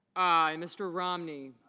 i. mr. romney